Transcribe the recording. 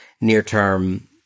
near-term